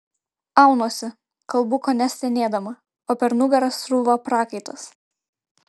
aunuosi kalbu kone stenėdama o per nugarą srūva prakaitas